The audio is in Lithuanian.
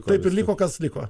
taip ir liko kas liko